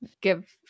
give